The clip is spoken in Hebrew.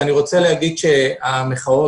המחאות,